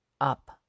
up